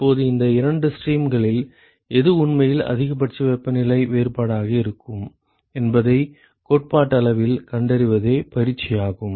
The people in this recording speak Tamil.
இப்போது இந்த இரண்டு ஸ்ட்ரீம்களில் எது உண்மையில் அதிகபட்ச வெப்பநிலை வேறுபாடாக இருக்கும் என்பதை கோட்பாட்டளவில் கண்டறிவதே பயிற்சியாகும்